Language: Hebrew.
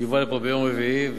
יובא לפה ביום רביעי.